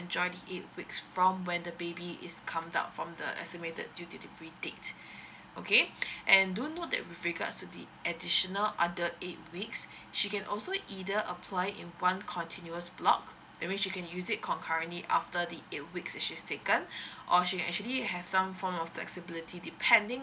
enjoy eight weeks from when the baby is comes out from the estimated due delivery date okay and do note that with regards to the additional under eight weeks she can also either apply in one continuous block that means you can use it concurrently after the eight weeks if she's taken or she actually have some form of the accessibility depending